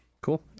Cool